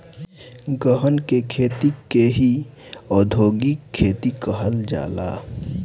गहन के खेती के ही औधोगिक खेती कहल जाला